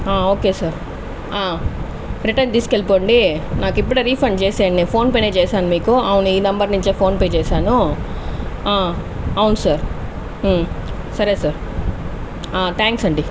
okay sir return తీసుకువెళ్ళిపోండి నాకు ఇప్పుడే రిఫండ్ చేసేయండి నేను ఫోన్పే నే చేశా మీకు అవును ఈ నెంబర్ నుంచే ఫోన్పే చేశాను అవును సార్ సరే సార్ థ్యాంక్స్ అండి